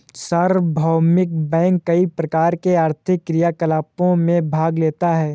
सार्वभौमिक बैंक कई प्रकार के आर्थिक क्रियाकलापों में भाग लेता है